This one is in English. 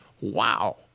Wow